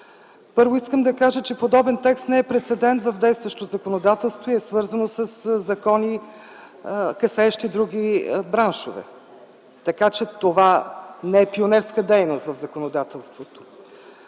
Първо, искам да кажа, че подобен текст не е пресаден в действащо законодателство и е свързан със закони, касаещи други браншове, така че това не е пионерска дейност в законодателството.